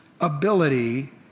ability